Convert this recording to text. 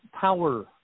power